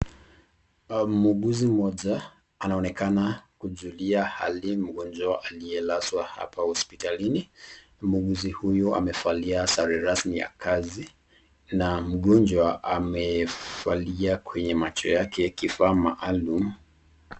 Muuguzi mmoja anaonekana kujulia hali mgonjwa aliyelazwa hapa hospitalini. Muuguzi huyu amevalia sare rasmi ya kazi na mgonjwa amevalia kwenye macho yake kifaa maalum.